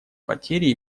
потери